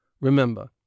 Remember